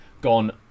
gone